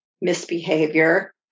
misbehavior